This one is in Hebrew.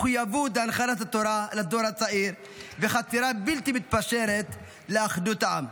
מחויבות להנחלת התורה לדור הצעיר וחתירה בלתי מתפשרת לאחדות העם.